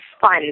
fun